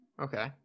Okay